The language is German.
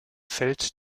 feld